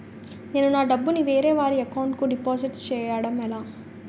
నేను నా డబ్బు ని వేరే వారి అకౌంట్ కు డిపాజిట్చే యడం ఎలా?